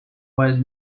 was